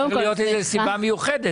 יכולה להיות סיבה מיוחדת.